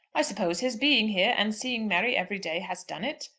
i suppose his being here and seeing mary every day has done it.